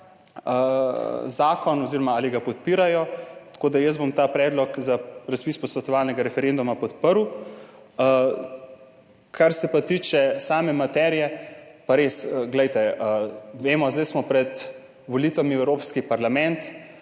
zakon oziroma ali ga podpirajo, tako da bom ta predlog za razpis posvetovalnega referenduma podprl. Kar pa se tiče same materije. Vemo, zdaj smo pred volitvami v Evropski parlament,